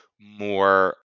more